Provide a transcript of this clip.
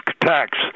tax